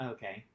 Okay